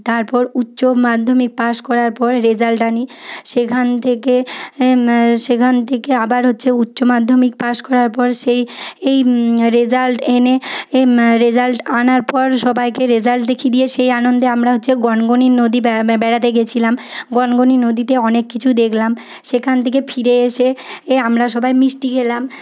তারপর উচ্চ মাধ্যমিক পাশ করার পর রেজাল্ট আনি সেখান থেকে সেখান থেকে আবার হচ্ছে উচ্চ মাধ্যমিক পাশ করার পর সেই এই রেজাল্ট এনে রেজাল্ট আনার পর সবাইকে রেজাল্ট দেখিয়ে সেই আনন্দে আমরা হচ্ছে গনগনি নদী বেড়াতে গেছিলাম গনগনি নদীতে অনেক কিছু দেখলাম সেখান থেকে ফিরে এসে আমরা সবাই মিষ্টি খেলাম